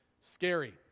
scary